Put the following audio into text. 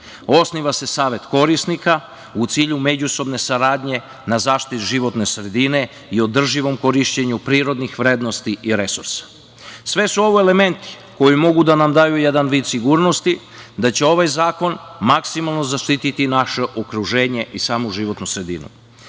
Osniva se savet korisnika u cilju međusobne saradnje na zaštiti životne sredine i održivom korišćenju prirodnih vrednosti i resursa. Sve su ovo elementi koji mogu da nam daju jedan vid sigurnosti da će ovaj zakon maksimalno zaštititi naše okruženje i samu životnu